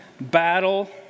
battle